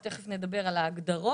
או תיכף נדבר על ההגדרות,